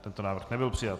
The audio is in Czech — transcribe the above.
Tento návrh nebyl přijat.